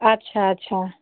अच्छा अच्छा